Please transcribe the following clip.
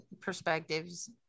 perspectives